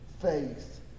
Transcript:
Faith